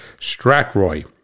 stratroy